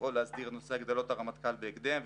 לפעול להסדיר את הגדלות הרמטכ"ל בהקדם,